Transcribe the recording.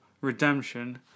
redemption